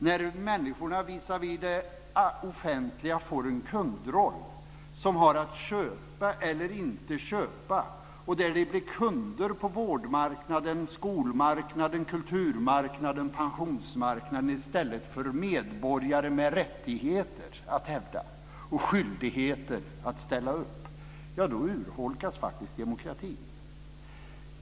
När människorna visavi det offentliga får en kundroll, när de har att köpa eller inte köpa, när de blir kunder på vårdmarknaden, skolmarknaden, kulturmarknaden och pensionsmarknaden i stället för medborgare med rättigheter att hävda och skyldigheter att ställa upp urholkas faktiskt demokratin.